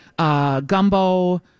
Gumbo